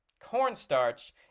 cornstarch